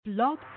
Blog